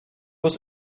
was